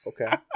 okay